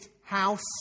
house